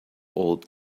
old